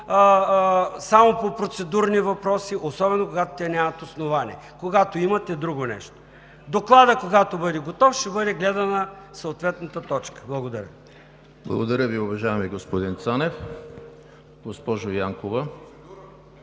само по процедурни въпроси, особено когато те нямат основание. Когато имат е друго нещо. Докладът, когато бъде готов, ще бъде гледана съответната точка. Благодаря. ПРЕДСЕДАТЕЛ ЕМИЛ ХРИСТОВ: Благодаря Ви, уважаеми господин Цонев. Госпожа Янкова